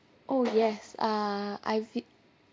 oh yes uh I vi~